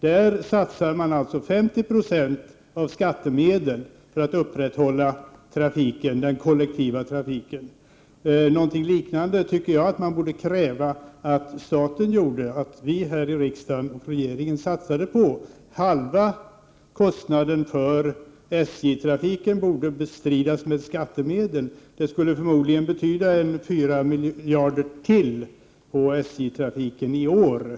Där satsar man 50 90 av skattemedel för att upprätthålla den kollektiva trafiken. Jag anser att man kan kräva någonting liknande av staten, att riksdag och regering ser till att halva kostnaden för trafiken på SJ bestrids med skattemedel, vilket förmodligen skulle innebära att man satsar ytterligare 4 miljarder i år på SJ.